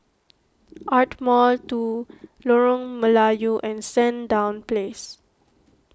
Ardmore two Lorong Melayu and Sandown Place